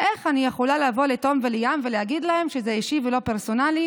איך אני יכולה לבוא לטום וליאם ולהגיד להם שזה אישי ולא פרסונלי?